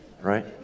Right